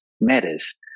matters